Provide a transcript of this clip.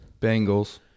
Bengals